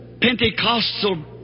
Pentecostal